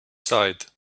side